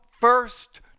first